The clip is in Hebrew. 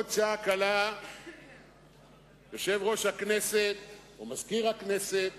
בעוד שעה קלה יושב-ראש הכנסת או מזכיר הכנסת